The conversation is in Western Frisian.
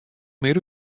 mear